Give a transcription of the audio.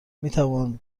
میتوان